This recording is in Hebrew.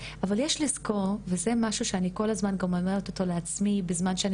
אבל יש לזכור וזה משהו שאני כל הזמן גם אומרת אותו לעצמי בזמן שאני